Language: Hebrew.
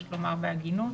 יש לומר בהגינות.